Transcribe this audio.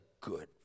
good